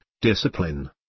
discipline